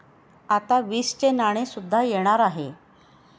आता वीसचे नाणे सुद्धा येणार आहे